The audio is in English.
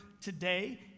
today